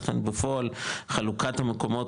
לכן בפועל חלוקת המקומות,